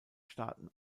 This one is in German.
staaten